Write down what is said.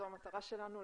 זאת המטרה שלנו,